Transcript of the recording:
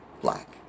black